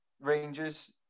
Rangers